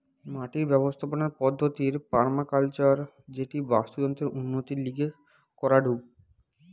মাটির ব্যবস্থাপনার পদ্ধতির পার্মাকালচার যেটি বাস্তুতন্ত্রের উন্নতির লিগে করাঢু